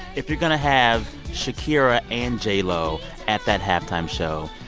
if you're going to have shakira and j-lo at that halftime show,